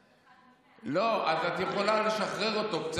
לא, אתה פשוט אחד ממאה,